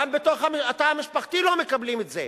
גם בתוך התא המשפחתי לא מקבלים את זה.